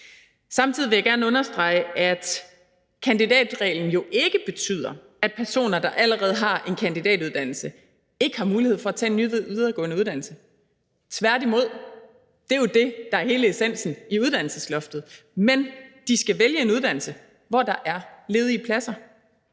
Samtidig vil jeg gerne understrege, at kandidatreglen jo ikke betyder, at personer, der allerede har en kandidatuddannelse, ikke har mulighed for at tage en ny videregående uddannelse, tværtimod – det er jo det, der er hele essensen i uddannelsesloftet – men de skal vælge en uddannelse, hvor der er ledige pladser.